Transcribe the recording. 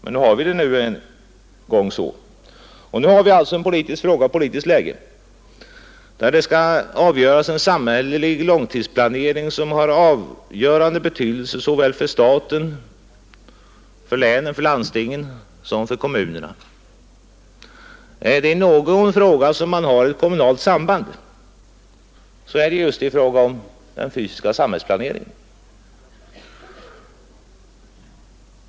Men nu har vi det en gång så, och i detta läge föreligger alltså en politisk fråga om samhällelig långtidsplanering som har avgörande betydelse såväl för staten som för landstingen och kommunerna. Och är det i någon fråga som det finns ett kommunalt samband så är det just i frågan om den fysiska samhällsplaneringen.